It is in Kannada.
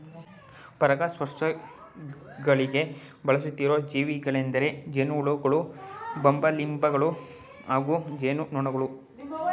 ಪರಾಗಸ್ಪರ್ಶಕಗಳಾಗಿ ಬಳಸುತ್ತಿರೋ ಜೀವಿಗಳೆಂದರೆ ಜೇನುಹುಳುಗಳು ಬಂಬಲ್ಬೀಗಳು ಹಾಗೂ ಜೇನುನೊಣಗಳು